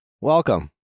welcome